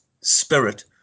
spirit